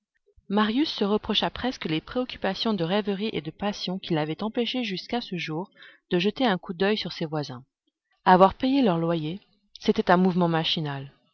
marius se reprocha presque les préoccupations de rêverie et de passion qui l'avaient empêché jusqu'à ce jour de jeter un coup d'oeil sur ses voisins avoir payé leur loyer c'était un mouvement machinal